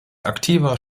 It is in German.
aktiver